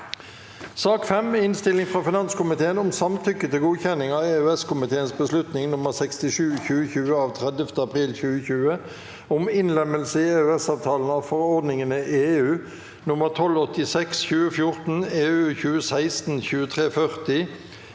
Innstilling fra finanskomiteen om Samtykke til god- kjenning av EØS-komiteens beslutning nr. 67/2020 av 30. april 2020 om innlemmelse i EØS-avtalen av forord- ningene (EU) nr. 1286/2014, (EU) 2016/2340,